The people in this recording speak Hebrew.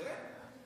לכם?